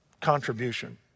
contribution